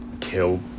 kill